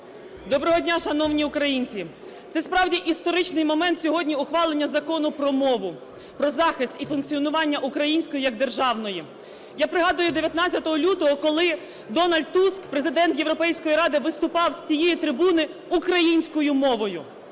Доброго дня, шановні українці. Це справді історичний момент сьогодні – ухвалення Закону про мову, про захист і функціонування української як державної. Я пригадую, 19 лютого, коли Дональд Туск, Президент Європейської ради, виступав з цієї трибуни українською мовою.